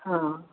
हाँ